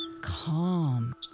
Calm